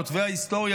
"כותבי ההיסטוריה,